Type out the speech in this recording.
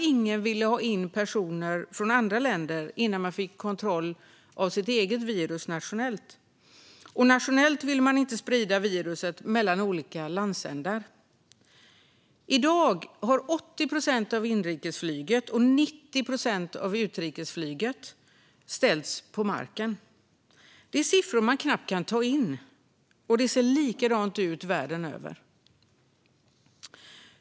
Ingen ville ha in personer från andra länder innan man fick kontroll över viruset nationellt, och nationellt ville man inte sprida viruset mellan olika landsändar. I dag har 80 procent av inrikesflyget och 90 procent av utrikesflyget ställts på marken. Det är siffror man knappt kan ta in, och det ser likadant ut världen över.